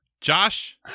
Josh